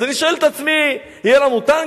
אז אני שואל את עצמי: יהיו לנו טנקים,